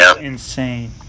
insane